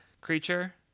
creature